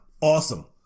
awesome